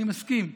אני מסכים,